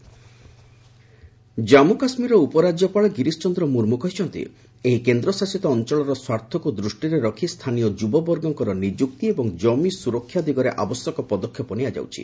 ଜାନ୍ଧୁ ଜବ ଜାନ୍ଥୁ କାଶ୍ମୀରର ଉପରାଜ୍ୟପାଳ ଗିରିଶ ଚନ୍ଦ୍ର ମୁର୍ମୁ କହିଛନ୍ତି ଏହି କେନ୍ଦ୍ରଶାସିତ ଅଞ୍ଚଳର ସ୍ୱାର୍ଥକୁ ଦୃଷ୍ଟିରେ ରଖି ସ୍ଥାନୀୟ ଯୁବବର୍ଗଙ୍କର ନିଯୁକ୍ତି ଏବଂ ଜମି ସୁରକ୍ଷା ଦିଗରେ ଆବଶ୍ୟକ ପଦକ୍ଷେପ ନିଆଯାଉଛି